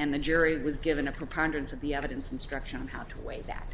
and the jury was given a preponderance of the evidence instruction on how to waive that